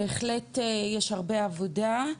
בהחלט יש הרבה עבודה.